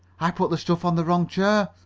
i put the stuff on the wrong chair!